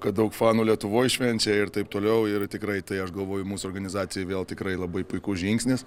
kad daug fanų lietuvoj švenčia ir taip toliau ir tikrai tai aš galvoju mūsų organizacijai vėl tikrai labai puikus žingsnis